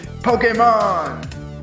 Pokemon